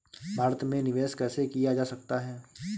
भारत में निवेश कैसे किया जा सकता है?